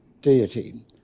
deity